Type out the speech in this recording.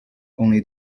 only